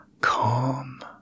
calm